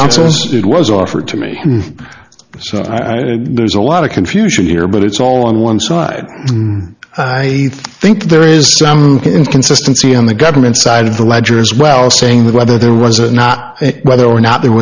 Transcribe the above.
counsel it was offered to me so there's a lot of confusion here but it's all on one side i think there is some inconsistency on the government's side of the ledger as well saying that whether there was a whether or not there